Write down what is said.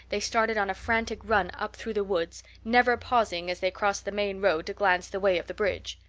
they started on a frantic run up through the woods, never pausing as they crossed the main road to glance the way of the bridge.